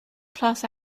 class